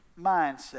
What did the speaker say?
mindset